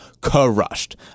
crushed